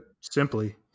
simply